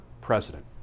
president